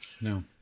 no